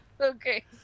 okay